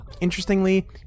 interestingly